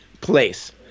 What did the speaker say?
place